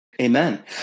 Amen